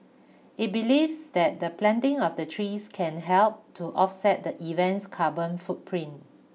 it believes that the planting of the trees can help to offset the event's carbon footprint